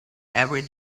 every